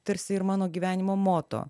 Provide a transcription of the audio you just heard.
tarsi ir mano gyvenimo moto